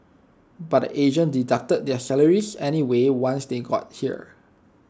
but the agent deducted their salaries anyway once they got here